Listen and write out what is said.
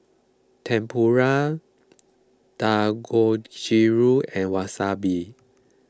Tempura Dangojiru and Wasabi